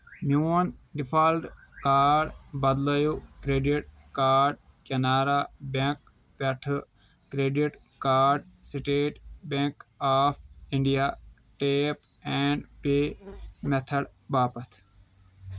میون default card بدلایو credit card Canara bank پٮ۪ٹھٕ credit card State Bank of India tap and pay method باپتھ